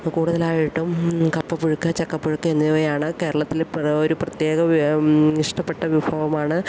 കൂടുതലായിട്ടും കപ്പപ്പുഴുക്ക് ചക്കപ്പുഴുക്ക് എന്നിവയാണ് കേരളത്തില് ഒരു പ്രത്യേക വ്യ ഇഷ്ടപ്പെട്ട വിഭവമാണ്